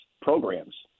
programs